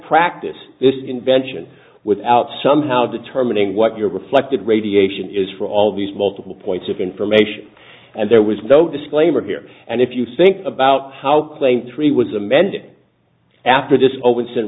practice this invention without somehow determining what your reflected radiation is for all these multiple points of information and there was no disclaimer here and if you think about how claim three was amended after